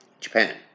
Japan